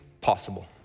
possible